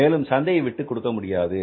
மேலும் சந்தையை விட்டுக்கொடுக்க முடியாது